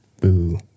Boo